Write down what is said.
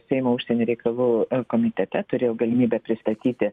seimo užsienio reikalų komitete turėjau galimybę pristatyti